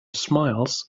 smiles